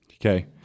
okay